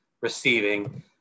receiving